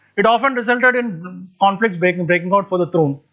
it often resulted in conflicts breaking breaking out for the throne.